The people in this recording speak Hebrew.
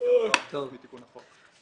הסעיף האחרון בסדר היום,